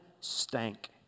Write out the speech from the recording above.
stank